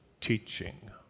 teaching